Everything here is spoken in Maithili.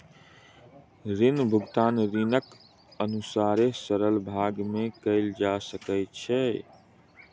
ऋण भुगतान ऋणीक अनुसारे सरल भाग में कयल जा सकै छै